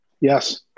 Yes